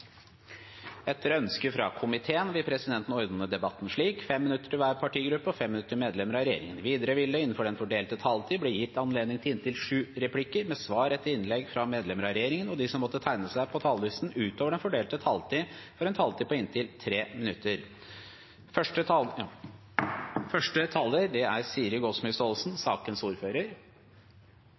Etter ønske fra arbeids- og sosialkomiteen vil presidenten ordne debatten slik: 5 minutter til hver partigruppe og 5 minutter til medlemmer av regjeringen. Videre vil det – innenfor den fordelte taletid – bli gitt anledning til inntil fem replikker med svar etter innlegg fra medlemmer av regjeringen, og de som måtte tegne seg på talerlisten utover den fordelte taletid, får en taletid på inntil 3 minutter. Som saksordfører er det